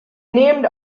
named